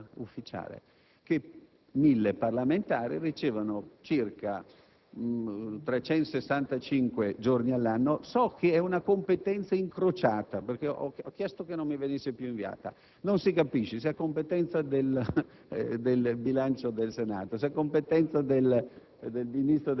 non servono assolutamente a niente. È l'invio, per esempio, della *Gazzetta Ufficiale* che 1.000 parlamentari ricevono circa 365 giorni l'anno. So che è una competenza incrociata perché ho chiesto che non mi venissero più inviate: non si capisce se la competenza è del